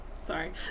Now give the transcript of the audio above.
Sorry